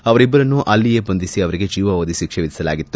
ಅವರಿಬ್ಬರನ್ನು ಅಲ್ಲಿಯೇ ಬಂಧಿಸಿ ಅವರಿಗೆ ಜೀವಾವಧಿ ಶಿಕ್ಷೆ ವಿಧಿಸಲಾಗಿತ್ತು